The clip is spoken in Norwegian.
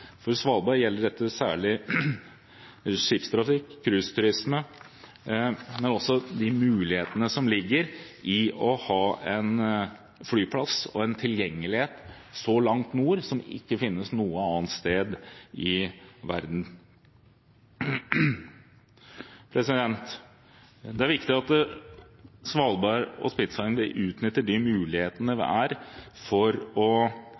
For Svalbard gjelder dette særlig skipstrafikk og cruiseturisme, men også de mulighetene som ligger i å ha en flyplass og en tilgjengelighet så langt nord, som ikke finnes noe annet sted i verden. Det er viktig at Svalbard og Spitsbergen utnytter de mulighetene som er for å